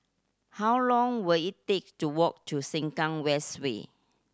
how long will it take to walk to Sengkang West Way